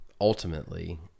ultimately